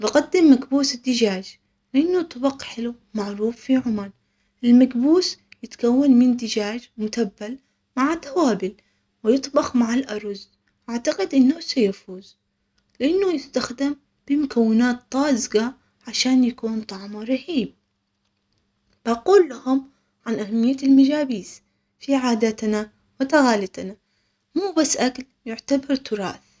بقدم مكبوس الدجاج منه طبق حلو معروف في عمان المكبوس يتكون من دجاج متبل مع توابل ويطبخ مع الارز اعتقد انه سيفوز لانه يستخدم لمكونات طازجة عشان يكون طعمه رهيب اقول لهم عن اهمية الميجابيس في عاداتنا وتقاليدنا مو بس اكل يعتبر تراث.